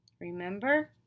Remember